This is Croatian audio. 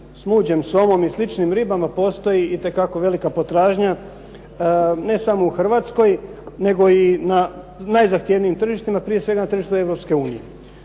smuđem, somom i sličnim ribama postoji itekako velika potražnja, ne samo u Hrvatskoj, nego i na najzahtjevnijim tržištima, prije svega na tržištu Europske unije.